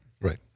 Right